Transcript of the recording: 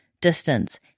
distance